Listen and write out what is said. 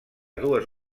dues